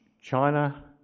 China